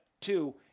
two